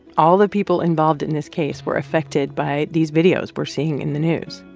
all the people involved in this case were affected by these videos we're seeing in the news.